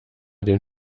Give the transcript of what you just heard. den